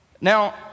Now